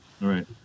right